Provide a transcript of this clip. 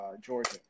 Georgia